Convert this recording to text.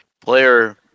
player